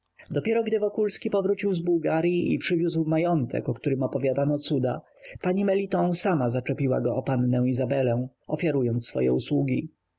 dopiero gdy wokulski powrócił z bułgaryi i przywiózł majątek o którym opowiadano cuda pani meliton sama zaczepiła go o pannę izabelę ofiarowując swoje usługi